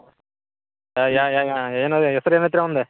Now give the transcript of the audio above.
ಏನು ಹೆಸ್ರು ಏನೈತೆ ರೀ ಅವ್ನ್ದು